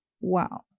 wow